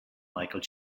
michael